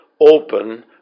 open